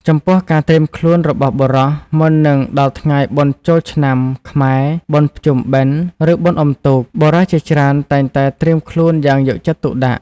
ចំពោះការត្រៀមខ្លួនរបស់បុរស មុននឹងដល់ថ្ងៃបុណ្យចូលឆ្នាំ ខ្មែរ បុណ្យភ្ជុំបិណ្ឌ ឬបុណ្យអុំទូក បុរសជាច្រើនតែងតែត្រៀមខ្លួនយ៉ាងយកចិត្តទុកដាក់។